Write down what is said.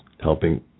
Helping